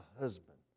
husband